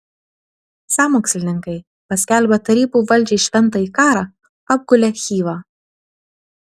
sąmokslininkai paskelbę tarybų valdžiai šventąjį karą apgulė chivą